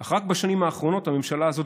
אך רק בשנים האחרונות הממשלה הזאת,